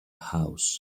house